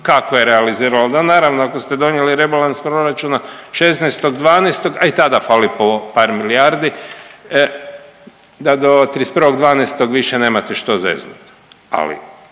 kako je realizirala da naravno ako ste donijeli rebalans proračuna 16.12., a i tada fali po par milijardi, e da do 31.12. više nemate što zeznut,